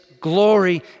glory